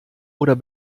oder